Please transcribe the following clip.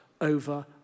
over